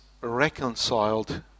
reconciled